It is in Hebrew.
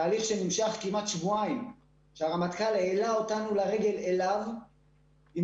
תהליך שנמשך כמעט שבועיים בהם הרמטכ"ל העלה אותנו אליו עם